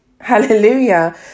Hallelujah